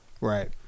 Right